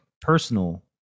personal